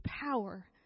power